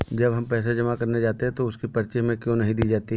जब हम पैसे जमा करने जाते हैं तो उसकी पर्ची हमें क्यो नहीं दी जाती है?